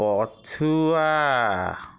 ପଛୁଆ